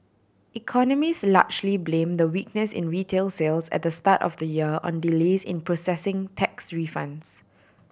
economist largely blame the weakness in retail sales at the start of the year on delays in processing tax refunds